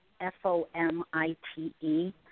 F-O-M-I-T-E